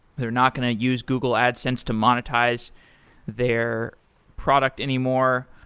they're not going to use google adsense to monetize their product anymore.